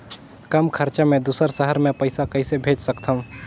कम खरचा मे दुसर शहर मे पईसा कइसे भेज सकथव?